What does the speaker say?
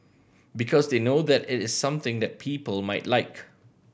because they know that it is something that people might like